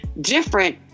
different